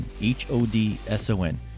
H-O-D-S-O-N